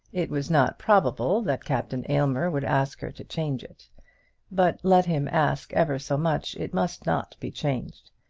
it was not probable that captain aylmer would ask her to change it but let him ask ever so much it must not be changed.